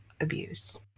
abuse